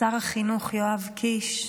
שר החינוך יואב קיש,